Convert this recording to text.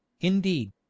indeed